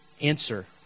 answer